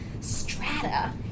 strata